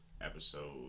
Episode